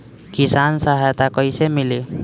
किसान सहायता कईसे मिली?